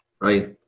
right